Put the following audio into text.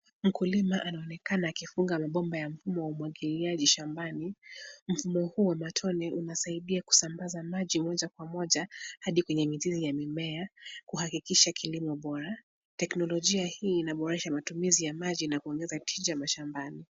Mkulima anaonekana akifunga mabomba ya mfumo wa umwagiliaji shambani, mfumo huu wa matone unasaidia kusambaza maji, moja kwa moja hadi kwenye mizizi ya mimea, kuhakikisha kilimo bora. Teknolojia hii inaboresha matumizi ya maji na kuongeza tija mashambani.